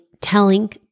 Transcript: telling